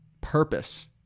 purpose